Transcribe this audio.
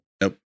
nope